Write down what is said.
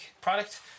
product